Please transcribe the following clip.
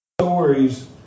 stories